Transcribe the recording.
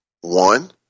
One